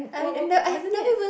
wa~ wa~ wasn't it